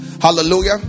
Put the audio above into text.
Hallelujah